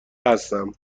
هستم